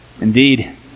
Indeed